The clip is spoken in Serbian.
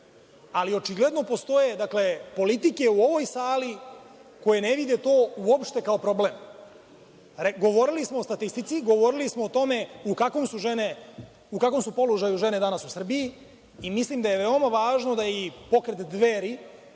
ali očigledno postoje politike u ovoj sali koje ne vide to uopšte kao problem. Govorili smo o statistici, govorili smo o tome u kakvom su položaju žene danas u Srbiji i mislim da je veoma važno da i Pokret Dveri